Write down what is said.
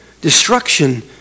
Destruction